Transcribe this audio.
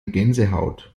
gänsehaut